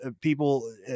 People